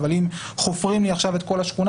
אבל אם חופרים לי עכשיו את כל השכונה